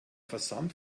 versand